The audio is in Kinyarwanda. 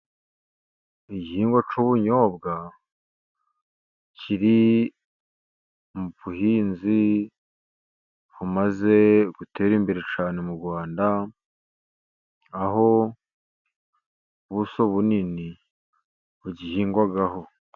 Igihingwa cy'ubunyobwa, kiri mu buhinzi bumaze gutera imbere cyane mu Rwanda, aho ubuso bunini bugihingwaho.